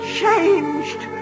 changed